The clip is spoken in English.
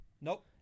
Nope